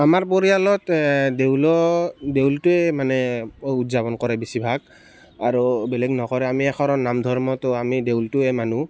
আমাৰ পৰিয়ালত দেউল দেউলটোৱে মানে উদযাপন কৰে বেছিভাগ আৰু বেলেগ নকৰে আমি একশৰণ নাম ধৰ্মতো আমি দেউলটোৱে মানো